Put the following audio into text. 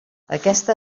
aquesta